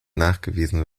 nachgewiesen